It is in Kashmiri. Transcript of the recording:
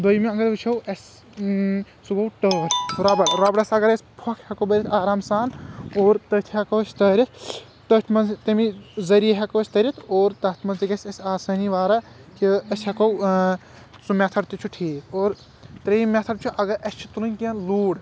دوٚیمہِ اگر أسۍ وٕچھو اسہِ سُہ گوٚو ٹٲر ربڈ ربڈس اگر أسۍ پھۄکھ ہٮ۪کو بٔرتھ آرام سان اور تٔتھۍ ہٮ۪کو أسۍ تٲرِتھ تٔتھۍ منٛز تمی ذریعہٕ ہٮ۪کو أسۍ تٔرِتھ اور تتھ منٛز تہِ گژھِ اسہِ آسٲنی واریاہ کہِ أسۍ ہٮ۪کو سُہ میتھڈ تہِ چھُ ٹھیٖک اور ترٛیٚیِم میتھڈ چھُ اگر اسہِ چھِ تُلٕنۍ کینٛہہ لوٗر